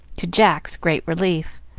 to jack's great relief.